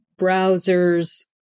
browsers